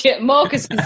Marcus